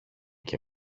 και